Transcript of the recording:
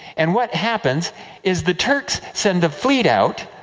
and what happens is, the turks send the fleet out,